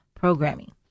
programming